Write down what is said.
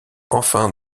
enfin